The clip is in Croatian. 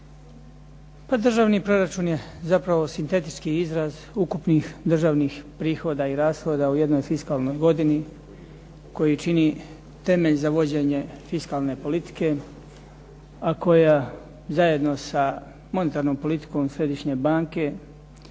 Državni proračun je zapravo sintetički izraz ukupnih državnih prihoda i rashoda u jednoj fiskalnoj godini koji čini temelj za vođenje fiskalne politike a koja zajedno sa monetarnom politikom središnje banke